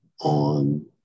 on